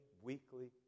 weekly